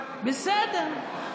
בסדר.